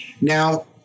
Now